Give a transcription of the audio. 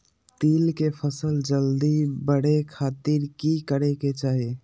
तिल के फसल जल्दी बड़े खातिर की करे के चाही?